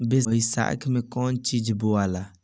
बैसाख मे कौन चीज बोवाला?